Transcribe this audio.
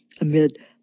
amid